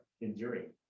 enduring